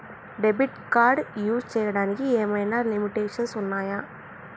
Debit card use చేయడానికి ఏమైనా limitations ఉన్నాయా?